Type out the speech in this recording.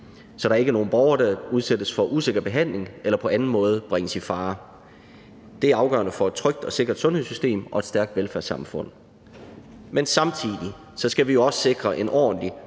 så der ikke er nogen borgere, der udsættes for usikker behandling eller på anden måde bringes i fare. Det er afgørende for et trygt og sikkert sundhedssystem og et stærkt velfærdssamfund. Men samtidig skal vi jo også sikre en ordentlig